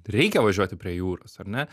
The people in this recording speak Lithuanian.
reikia važiuoti prie jūros ar ne